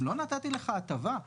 תן לו את ההטבה למרות שהוא לא משלם מס.